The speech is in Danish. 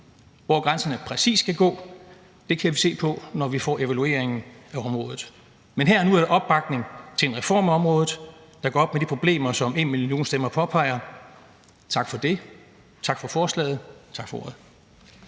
Hvor grænserne præcis skal gå, kan vi se på, når vi får evalueringen af området. Men her og nu er der opbakning til en reform af området, der gør op med de problemer, som #enmillionstemmer påpeger. Tak for det. Tak for forslaget. Tak for ordet.